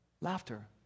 Laughter